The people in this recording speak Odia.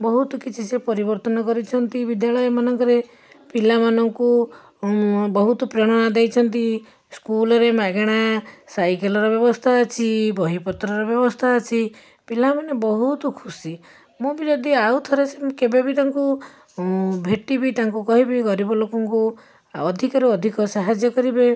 ବହୁତ କିଛି ସେ ପରିବର୍ତ୍ତନ କରିଛନ୍ତି ବିଦ୍ୟାଳୟ ମାନଙ୍କରେ ପିଲାମାନଙ୍କୁ ବହୁତ ପ୍ରେରଣା ଦେଇଛନ୍ତି ସ୍କୁଲ୍ରେ ମାଗଣା ସାଇକେଲ୍ର ବ୍ୟବସ୍ଥା ଅଛି ବହିପତ୍ରର ବ୍ୟବସ୍ଥା ଅଛି ପିଲାମାନେ ବହୁତ ଖୁସି ମୁଁ ବି ଯଦି ଆଉଥରେ ସେମିତି କେବେ ବି ତାଙ୍କୁ ଭେଟିବି ତାଙ୍କୁ କହିବି ଗରିବ ଲୋକଙ୍କୁ ଅଧିକରୁ ଅଧିକ ସାହାଯ୍ୟ କରିବେ